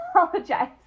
apologize